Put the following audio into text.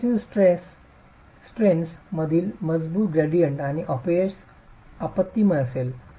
compressive strains मधील मजबूत gradient आणि अपयश आपत्तिमय असेल